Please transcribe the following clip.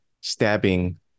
stabbing